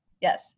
yes